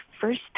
first